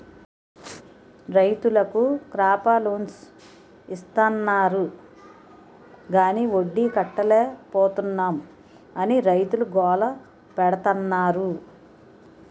రైతులకు crop loans ఇస్తాన్నారు గాని వడ్డీ కట్టలేపోతున్నాం అని రైతులు గోల పెడతన్నారు